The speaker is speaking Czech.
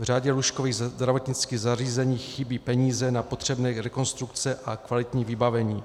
Řadě lůžkových zdravotnických zařízení chybí peníze na potřebné rekonstrukce a kvalitní vybavení.